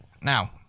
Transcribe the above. Now